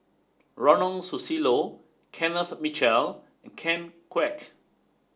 Ronald Susilo Kenneth Mitchell and Ken Kwek